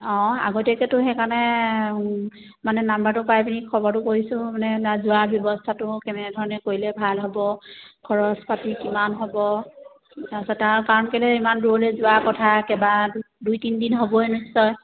অঁ আগতীয়াকৈতো সেইকাৰণে মানে নাম্বাৰটো পাই পিনি খবৰটো কৰিছোঁ মানে না যোৱাৰ ব্যৱস্থাটো কেনেধৰণে কৰিলে ভাল হ'ব খৰচ পাতি কিমান হ'ব তাৰপিছত আৰু কাৰণ কেলৈ ইমান দূৰলৈ যোৱাৰ কথা কেইবা দুই তিনিদিন হ'বই নিশ্চয়